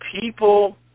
people